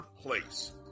place